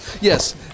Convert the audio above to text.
Yes